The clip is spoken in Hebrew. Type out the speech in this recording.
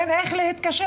אין איך להתקשר,